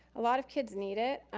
a lot of kids need it.